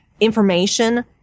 information